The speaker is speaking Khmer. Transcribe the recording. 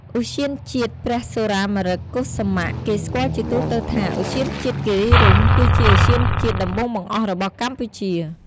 ឧទ្យានជាតិព្រះសុរាម្រិតកុសុមៈ គេស្គាល់ជាទូទៅថា ឧទ្យានជាតិគិរីរម្យ គឺជាឧទ្យានជាតិដំបូងបង្អស់របស់កម្ពុជា។